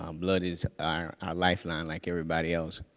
um blood is our our lifeline, like everybody else,